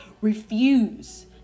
refuse